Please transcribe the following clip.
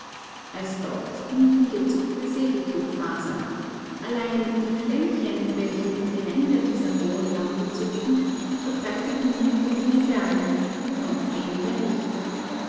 als docht dienten gezupfte segeltuchfasern allein die flämmchen welche um die ränder dieser rohen lampe zuckten verbreiteten nur geringe wärme und noch weniger licht